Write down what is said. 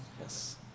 Yes